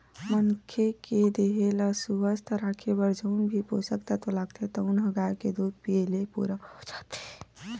मनखे के देहे ल सुवस्थ राखे बर जउन भी पोसक तत्व लागथे तउन ह गाय के दूद पीए ले पूरा हो जाथे